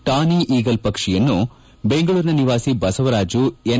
ಟಾನಿ eagle ಪಕ್ಷಿಯನ್ನು ಬೆಂಗಳೂರಿನ ನಿವಾಸಿ ಬಸವರಾಜು ಎನ್